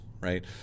Right